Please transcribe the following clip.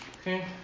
Okay